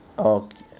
okay